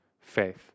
faith